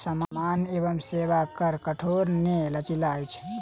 सामान एवं सेवा कर कठोर नै लचीला अछि